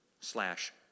slash